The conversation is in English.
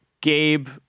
Gabe